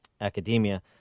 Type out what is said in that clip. academia